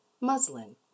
Muslin